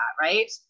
Right